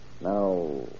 Now